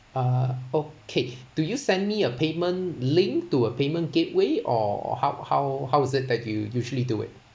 uh okay do you send me a payment link to a payment gateway or how how how is it that you usually do it